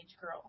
girl